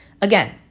again